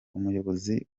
umuyobozi